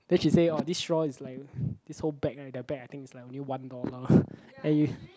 then she say orh this straw is like this whole bag right that bag I think it's like only one dollar and you